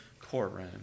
courtroom